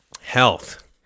Health